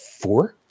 four